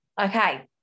okay